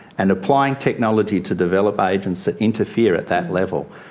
and applying technology to develop agents that interfere at that level.